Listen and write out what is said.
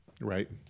Right